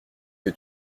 que